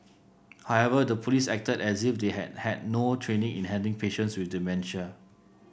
however the police acted as if they had had no training in handling patients with dementia